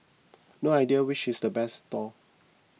no idea which is the best stall